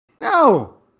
no